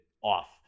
off